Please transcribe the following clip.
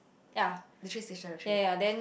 the train station or train